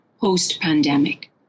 post-pandemic